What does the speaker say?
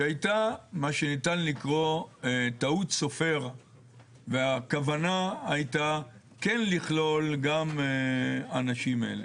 שהייתה מה שניתן לקרוא טעות סופר והכוונה הייתה כן לכלול גם אנשים אלה.